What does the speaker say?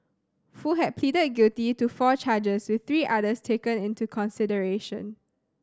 foo had pleaded guilty to four charges with three others taken into consideration